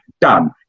done